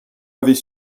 avait